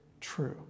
true